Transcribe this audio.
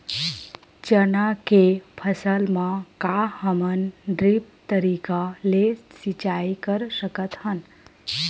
चना के फसल म का हमन ड्रिप तरीका ले सिचाई कर सकत हन?